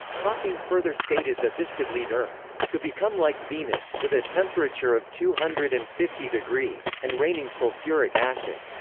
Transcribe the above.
hawking further stated that this could lead earth to become like venus, with a temperature of two hundred and fifty degrees, and raining sulphuric acid.